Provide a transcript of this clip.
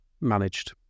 managed